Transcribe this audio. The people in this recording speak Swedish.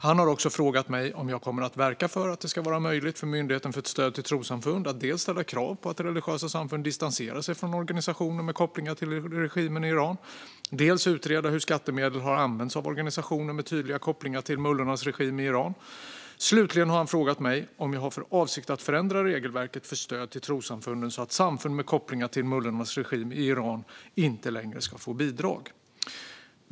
Han har också frågat mig om jag kommer att verka för att det ska vara möjligt för Myndigheten för stöd till trossamfund att dels ställa krav på att religiösa samfund distanserar sig från organisationer med kopplingar till regimen i Iran, dels utreda hur skattemedel har använts av organisationer med tydliga kopplingar till mullornas regim i Iran. Slutligen har han frågat mig om jag har för avsikt att förändra regelverket för stöd till trossamfunden så att samfund med kopplingar till mullornas regim i Iran inte längre ska få bidrag.